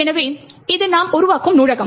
எனவே இது நாம் உருவாக்கும் நூலகம்